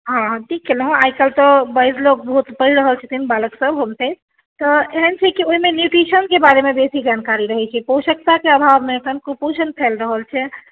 हँ ठीक छै ने हँ आइ काल्हि तऽ बहुत पढ़ि रहल छथिन होम साइंस तऽ एहन छै कि ओहिमे नूट्रिशनके बारेमे बेसी जानकारी रहैत छै पोषकताके अभावमे अखन कुपोषण फैल रहल छै